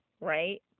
right